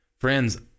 Friends